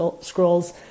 scrolls